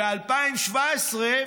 ב-2017,